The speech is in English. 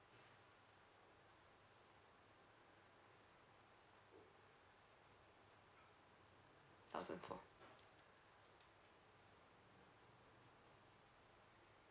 thousand four